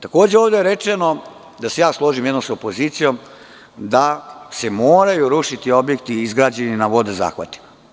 Takođe, ovde je rečeno, da se ja složim jednom sa opozicijom, da se moraju rušiti objekti izgrađeni na vodnim zahvatima.